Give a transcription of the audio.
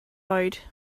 oed